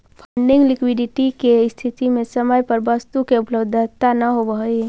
funding liquidity के स्थिति में समय पर वस्तु के उपलब्धता न होवऽ हई